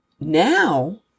now